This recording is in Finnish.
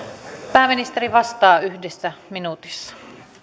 pääministeri vastaa yhdessä minuutissa